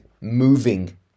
moving